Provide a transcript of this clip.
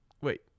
Wait